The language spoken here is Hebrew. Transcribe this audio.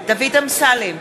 דוד אמסלם,